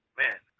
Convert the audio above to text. man